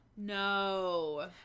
no